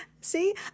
See